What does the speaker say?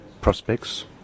prospects